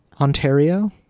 Ontario